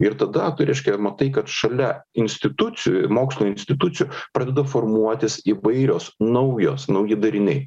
ir tada tu reiškia matai kad šalia institucijų mokslo institucijų pradeda formuotis įvairios naujos nauji dariniai